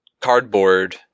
cardboard